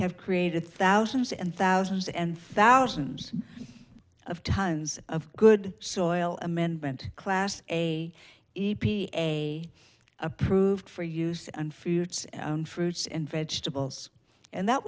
have created thousands and thousands and thousands of tons of good soil amendment class a e p a a approved for use and food and fruits and vegetables and that